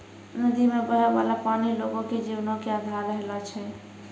नदी मे बहै बाला पानी लोगो के जीवनो के अधार रहलो छै